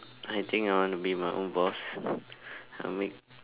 I think I want to be my own boss I'll make